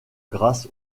grâce